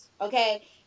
Okay